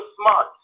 smart